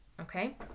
Okay